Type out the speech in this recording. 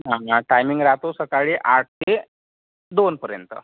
हां हा टायमिंग राहतो सकाळी आठ ते दोनपर्यंत